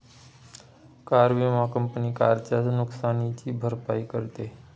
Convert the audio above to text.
car विमा company कारच्या नुकसानीची भरपाई करते